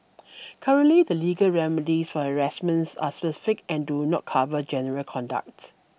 currently the legal remedies for harassment are specific and do not cover general conduct